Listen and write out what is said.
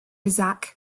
zach